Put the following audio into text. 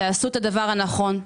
תעשו את הדבר הנכון,